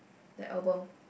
the album